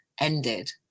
ended